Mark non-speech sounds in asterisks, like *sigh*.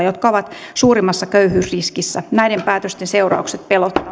*unintelligible* jotka ovat suurimmassa köyhyysriskissä näiden päätösten seuraukset